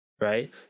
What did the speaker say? Right